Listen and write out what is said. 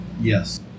Yes